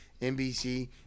nbc